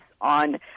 on